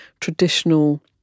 traditional